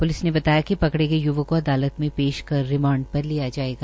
police ने बताया कि पकड़े गये युवक को अदालत मे पेश कर रिमांड पर लिया जायेगा